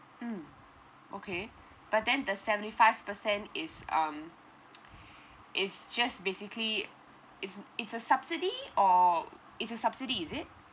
mmhmm okay but then the seventy five percent is um is just basically it's it's a subsidy or it's a subsidy is it